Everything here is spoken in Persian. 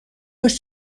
باش